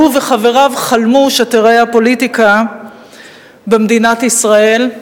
וחבריו חלמו שתיראה הפוליטיקה במדינת ישראל.